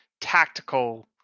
tactical